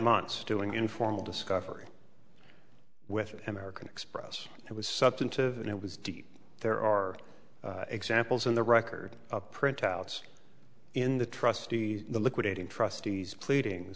months doing informal discovery with american express it was substantive it was deep there are examples in the record of printouts in the trustee liquidating trustees pleading